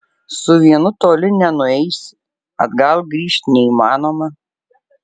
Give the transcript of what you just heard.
su vienu toli nenueisi atgal grįžt neįmanoma